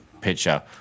picture